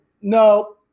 No